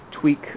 tweak